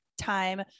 time